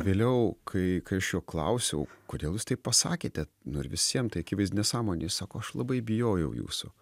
vėliau kai kai aš jo klausiau kodėl jūs taip pasakėte nu ir visiem tai akivaizdi nesąmonė sako aš labai bijojau jūsų